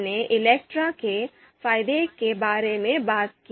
हमने ELECTRE के फायदे के बारे में बात की